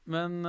Men